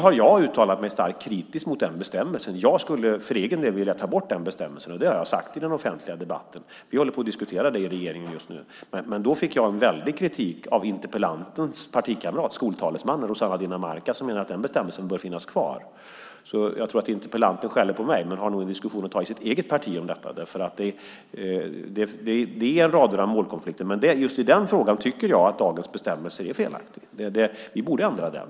Jag har uttalat mig starkt kritiskt mot den bestämmelsen. Jag vill för egen del ta bort den bestämmelsen. Det har jag sagt i den offentliga debatten. Vi håller på att diskutera det i regeringen just nu. Då fick jag en väldig kritik av interpellantens partikamrat, skoltalesmannen Rossana Dinamarca. Hon menar att den bestämmelsen bör finnas kvar. Interpellanten skäller på mig, men hon bör ta en diskussion om detta i sitt eget parti. Det finns en rad målkonflikter, men just i den frågan tycker jag att dagens bestämmelse är felaktig. Vi borde ändra den.